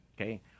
okay